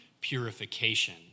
purification